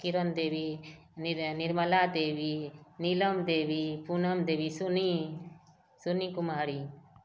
Kiran Devi Nira Nirmala Devi Neelam Devi Poonam Devi Sunni Sunni Kumari